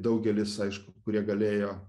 daugelis aišku kurie galėjo